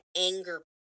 anger